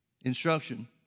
instruction